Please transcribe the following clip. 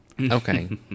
Okay